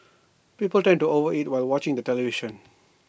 people tend to over eat while watching the television